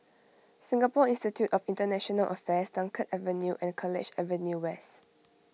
Singapore Institute of International Affairs Dunkirk Avenue and College Avenue West